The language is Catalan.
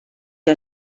que